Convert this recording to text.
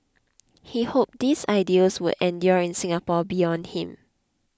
he hoped these ideals would endure in Singapore beyond him